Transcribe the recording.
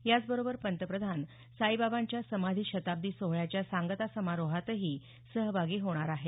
याचबरोबर पंतप्रधान साईबाबांच्या समाधी शताब्दी सोहळ्याच्या सांगता समारोहातही सहभागी होणार आहेत